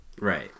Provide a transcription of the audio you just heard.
Right